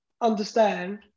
understand